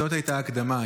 זאת הייתה הקדמה,